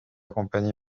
compagnie